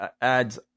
adds